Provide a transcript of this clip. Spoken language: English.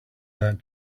that